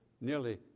nearly